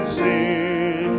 sin